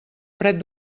fred